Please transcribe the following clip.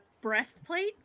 breastplate